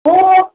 ꯑꯣ